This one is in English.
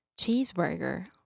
cheeseburger